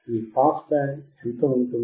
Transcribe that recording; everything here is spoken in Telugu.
మీ పాస్ బ్యాండ్ ఎంత ఉంటుంది